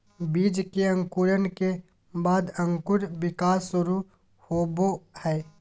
बीज के अंकुरण के बाद अंकुर विकास शुरू होबो हइ